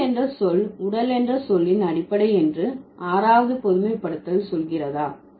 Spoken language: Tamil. மேல் என்ற சொல் உடல் என்ற சொல்லின் அடிப்படை என்று ஆறாவது பொதுமைப்படுத்தல் சொல்கிறதா